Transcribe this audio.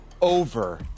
over